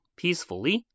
peacefully